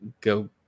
go